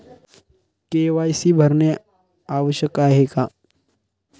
KYC भरणे आवश्यक आहे का?